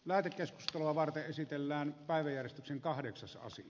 värikäs luova esitellään päiväjärjestyksen kahdeksas vuosi